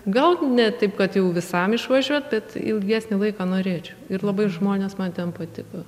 gal ne taip kad jau visam išvažiuot bet ilgesnį laiką norėčiau ir labai žmonės man ten patiko